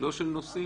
לא של נוסעים?